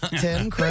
Tim